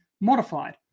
modified